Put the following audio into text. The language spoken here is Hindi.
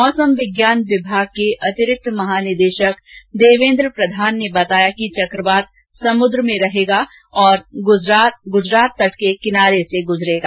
मौसम विज्ञान विभाग के अतिरिक्त महानिदेशक देवेन्द्र प्रधान ने बताया कि चक्रवात समुद में रहेगा और गुजरात तट के किनार किनारे रहेगा